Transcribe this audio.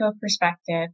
perspective